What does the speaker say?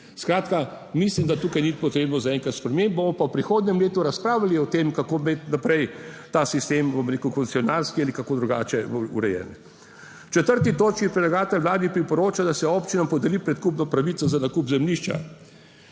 Skratka, mislim da tukaj ni potrebno zaenkrat sprememb, bomo pa v prihodnjem letu razpravljali o tem, kako iti naprej ta sistem, bom rekel, koncesionarski ali kako drugače urejen. V 4. točki predlagatelj Vladi priporoča, da se občina podeli predkupno pravico za nakup zemljišča.